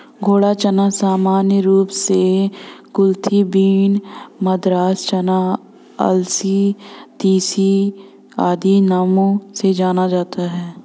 घोड़ा चना सामान्य रूप से कुलथी बीन, मद्रास चना, अलसी, तीसी आदि नामों से जाना जाता है